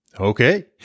Okay